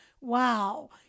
wow